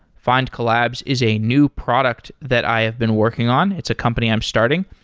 findcollabs is a new product that i have been working on. it's a company i'm starting,